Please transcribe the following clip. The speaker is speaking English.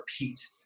repeat